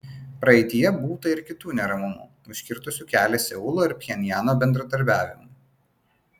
praeityje būta ir kitų neramumų užkirtusių kelią seulo ir pchenjano bendradarbiavimui